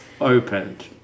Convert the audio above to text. opened